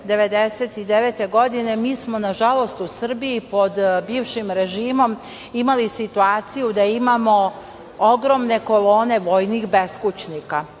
1999. godine, mi smo nažalost u Srbiji pod bivšim režimom imali situaciju da imamo ogromne kolone vojnih beskućnika.